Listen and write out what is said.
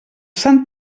sant